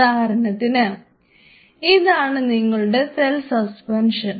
ഉദാഹരണത്തിന് ഇതാണ് നിങ്ങളുടെ സെൽ സസ്പെൻഷൻ